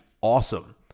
awesome